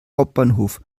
hauptbahnhof